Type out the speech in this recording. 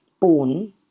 born